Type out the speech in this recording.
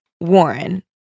Warren